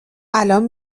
الان